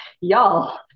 y'all